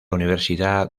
universidad